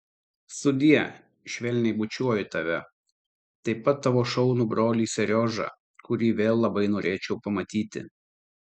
sudie švelniai bučiuoju tave taip pat tavo šaunų brolį seriožą kurį vėl labai norėčiau pamatyti